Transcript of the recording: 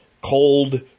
cold